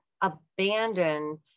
abandon